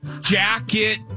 jacket